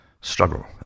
struggle